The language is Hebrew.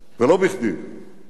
ולא בכדי אתמול